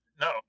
no